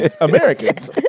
Americans